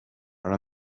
are